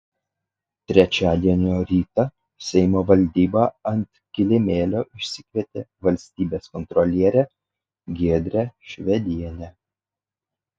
trečiadienio rytą seimo valdyba ant kilimėlio išsikvietė valstybės kontrolierę giedrę švedienę